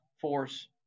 force